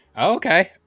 Okay